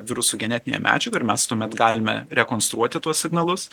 virusų genetinėje medžiagoje ir mes tuomet galime rekonstruoti tuos signalus